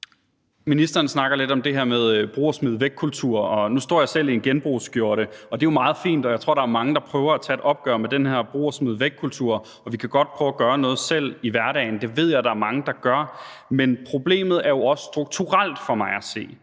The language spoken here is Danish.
Ministeren snakker lidt om det her med en brug og smid væk-kultur, og nu står jeg selv her i en genbrugsskjorte, og det er jo meget fint, og jeg tror, der er mange, der prøver at tage et opgør med den her brug og smid væk-kultur. Og vi kan godt prøve at gøre noget selv i hverdagen, og det ved jeg der er mange der gør, men problemet er jo for mig at se